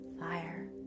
fire